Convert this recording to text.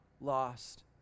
lost